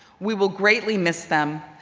we will greatly miss them,